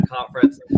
Conference